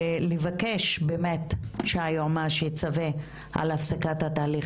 ולבקש באמת שהיועמ"ש יצווה על הפסקת התהליך